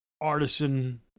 Artisan